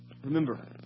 Remember